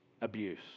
abuse